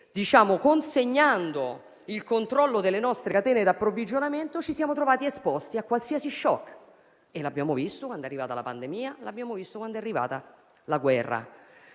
perché, consegnando il controllo delle nostre catene di approvvigionamento, ci siamo trovati esposti a qualsiasi *shock*, e l'abbiamo visto quando è arrivata la pandemia e quando è arrivata la guerra.